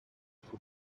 for